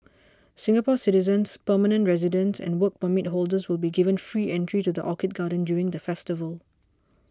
Singapore citizens permanent residents and Work Permit holders will be given free entry to the Orchid Garden during the festival